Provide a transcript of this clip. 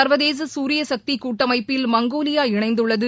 சர்வதேச சூரிய சக்தி கூட்டமைப்பில் மங்கோலியா இணைந்துள்ளது